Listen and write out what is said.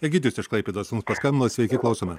egidijus iš klaipėdos mums paskambino sveiki klausome